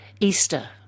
Easter